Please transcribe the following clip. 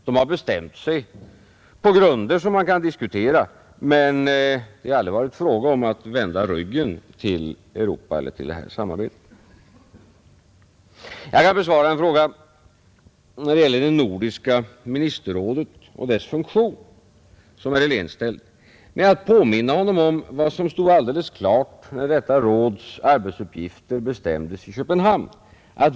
De har bestämt sig på grunder som man kan diskutera, men det har aldrig varit fråga om att vända ryggen mot Europa eller mot det här samarbetet. Jag kan besvara frågan beträffande det nordiska ministerrådet och dess funktion, som herr Helén ställde, med att påminna honom om vad som stod alldeles klart när detta råds uppgifter bestämdes i Köpenhamn.